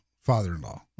father-in-law